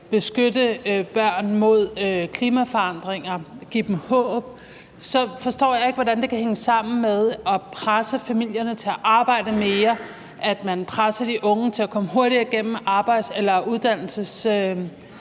beskytte børn mod klimaforandringer og give dem håb, så forstår jeg ikke, at det kan hænge sammen med, at man presser familierne til at arbejde mere, og at man presser de unge til at komme hurtigere igennem uddannelsesforløb.